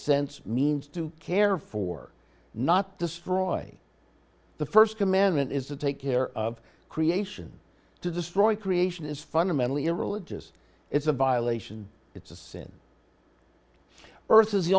sense means to care for not destroy the st commandment is to take care of creation to destroy creation is fundamentally a religious it's a violation it's a sin earth is the